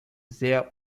sehr